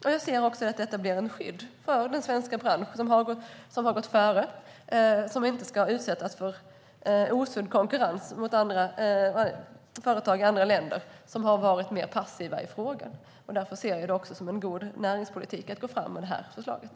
Jag ser det också som att vi etablerar ett skydd för den svenska branschen, som har gått före och som inte ska utsättas för osund konkurrens med företag i andra länder som har varit mer passiva i frågan. Därför ser jag det också som god näringspolitik att gå fram med det här förslaget.